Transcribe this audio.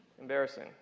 Embarrassing